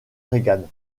reagan